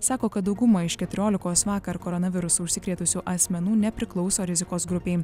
sako kad dauguma iš keturiolikos vakar koronavirusu užsikrėtusių asmenų nepriklauso rizikos grupei